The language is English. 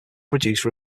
produce